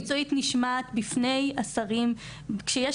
דעתי המקצועית נשמעת בפני השרים כשיש